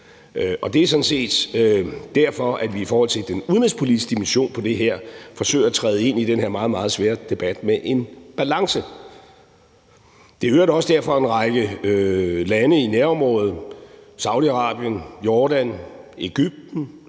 Og det er sådan set derfor, vi i forhold til den udenrigspolitiske dimension på det her forsøger at træde ind i den her meget, meget svære debat med en balance. Det er i øvrigt også derfor, en række lande i nærområdet – Saudi-Arabien, Jordan, Egypten